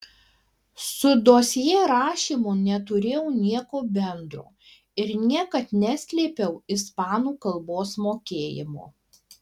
su dosjė rašymu neturėjau nieko bendro ir niekad neslėpiau ispanų kalbos mokėjimo